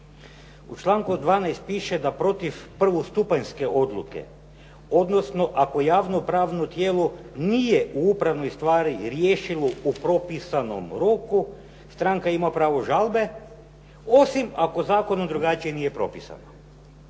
U članku 12. piše da protiv prvostupanjske odluke odnosno ako javno pravno tijelo nije u upravnoj stvari riješilo u propisanom roku, stanka ima pravo žalbe, osim ako zakonom nije drugačije propisano.